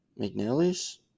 McNally's